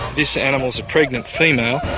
this animal's a pregnant female.